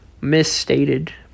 misstated